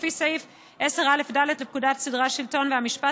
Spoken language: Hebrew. לפי סעיף 10א(ד) לפקודת סדרי השלטון והמשפט,